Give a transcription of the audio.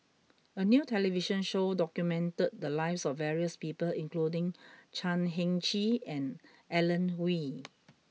a new television show documented the lives of various people including Chan Heng Chee and Alan Oei